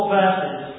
verses